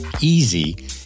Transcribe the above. easy